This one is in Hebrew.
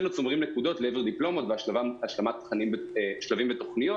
אצלנו צוברים נקודות לדיפלומות והשלמת שלבים בתוכניות.